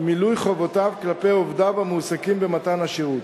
מילוי חובותיו כלפי עובדיו המועסקים במתן השירות.